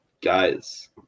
guys